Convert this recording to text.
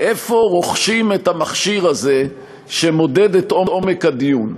איפה רוכשים את המכשיר הזה שמודד את עומק הדיון?